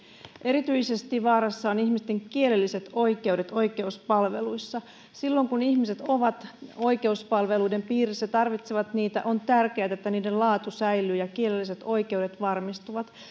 erityisesti vaarassa ovat ihmisten kielelliset oikeudet oikeuspalveluissa silloin kun ihmiset ovat oikeuspalveluiden piirissä tarvitsevat niitä on tärkeätä että niiden laatu säilyy ja kielelliset oikeudet varmistuvat